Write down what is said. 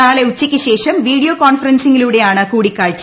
നാളെ ഉച്ചയ്ക്ക് ശേഷം വീഡിയോ കോൺഫറൻസിംഗിലൂടെയാണ് കൂടിക്കാഴ്ച